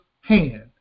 hand